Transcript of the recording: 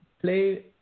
play